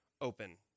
open